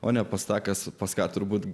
o nepasakantis paskui turbūt